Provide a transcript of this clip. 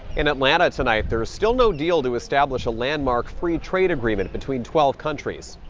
in atlanta tonight, there's still no deal to establish a landmark free trade agreement between twelve countries.